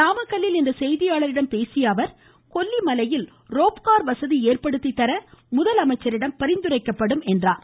நாமக்கல்லில் இன்று செய்தியாளர்களிடம் பேசிய அவர் கொல்லிமலையில் ரோப்கார் வசதி ஏற்படுத்தி தர முதலமைச்சரிடம் பரிந்துரைக்கப்படும் என்று கூறினார்